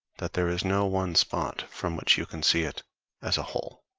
that there is no one spot from which you can see it as a whole.